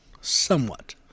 Somewhat